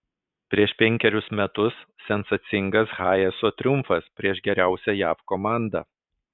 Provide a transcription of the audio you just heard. prieš penkerius metus sensacingas hayeso triumfas prieš geriausią jav komandą